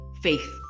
faith